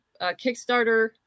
Kickstarter